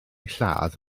lladd